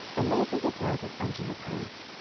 and nathan departed unto his house.